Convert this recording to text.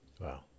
Wow